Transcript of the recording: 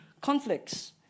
conflicts